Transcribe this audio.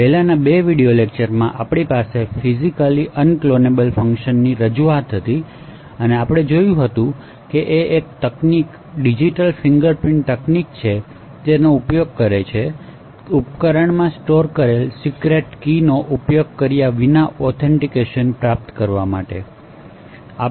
પહેલાનાં 2 વિડિઓ લેક્ચરમાં આપણી પાસે ફિજિકલ અનક્લોનેબલ ફંકશનની રજૂઆત હતી અને આપણે જોયું હતું કે તે એક તકનીક ડિજિટલ ફિંગર પ્રિન્ટિંગ તકનીક છે જેનો ઉપયોગ ઉપકરણમાં સ્ટોર કરેલી સિક્રેટ કીનો ઉપયોગ કર્યા વિના ઑથેનટીકેશન પ્રાપ્ત કરવા માટે થાય છે